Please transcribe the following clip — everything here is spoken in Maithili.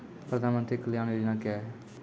प्रधानमंत्री कल्याण योजना क्या हैं?